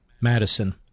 Madison